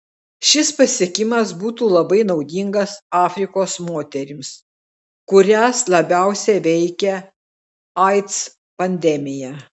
šis pasiekimas būtų labai naudingas afrikos moterims kurias labiausiai veikia aids pandemija